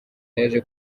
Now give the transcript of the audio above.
yaje